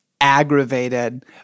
aggravated